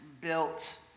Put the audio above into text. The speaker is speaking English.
built